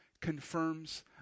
confirms